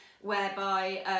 whereby